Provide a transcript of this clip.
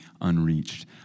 unreached